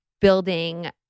building